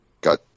got